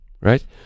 Right